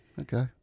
Okay